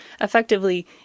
effectively